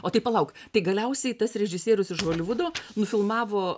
o tai palauk tai galiausiai tas režisierius iš holivudo nufilmavo